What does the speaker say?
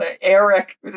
Eric